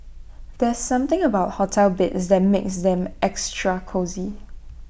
there's something about hotel beds that makes them extra cosy